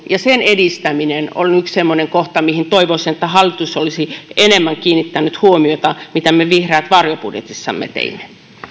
ja sen edistäminen ovat yksi semmoinen kohta mihin toivoisin että hallitus olisi enemmän kiinnittänyt huomiota niin kuin me vihreät varjobudjetissamme teimme